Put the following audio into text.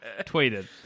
tweeted